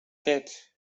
det